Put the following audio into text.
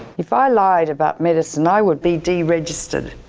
if i lied about medicine i would be deregistered.